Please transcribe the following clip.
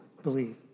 Believe